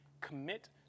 Commit